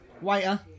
Waiter